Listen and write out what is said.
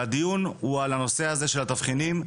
והדיון הוא על הנושא הזה של התבחינים,